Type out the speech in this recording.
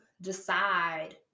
decide